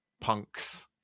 punks